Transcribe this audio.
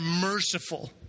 merciful